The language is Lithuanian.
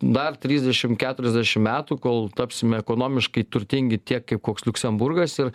dar trisdešim keturiasdešim metų kol tapsime ekonomiškai turtingi tiek kaip koks liuksemburgas ir